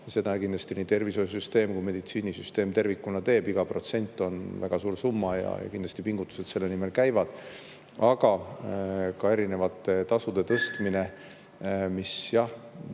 seda kindlasti nii tervishoiu- kui ka meditsiinisüsteem tervikuna teeb ja iga protsent on väga suur summa ning kindlasti pingutused selle nimel käivad. Aga ka eri tasude tõstmine –